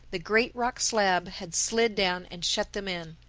the great rock slab had slid down and shut them in.